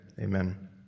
Amen